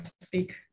speak